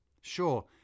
Sure